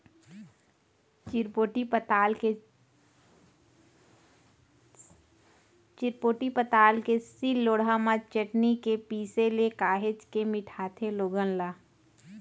चिरपोटी पताल के सील लोड़हा म चटनी के पिसे ले काहेच के मिठाथे लोगन ला